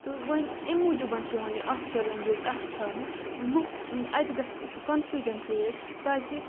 تہٕ وَنۍ امہِ موٗجوٗبَن چھِ یِوان یہِ آفِشَل لینٛگویج اَکھ تھاونہٕ لُکھ اَتہِ گَژھِ سُہ کَنفیوٗجَن کریٹ تاکہِ